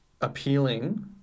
appealing